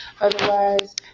Otherwise